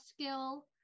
skill